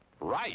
Right